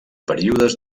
períodes